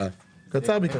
קצר ביקשת.